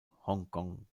hongkong